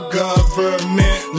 government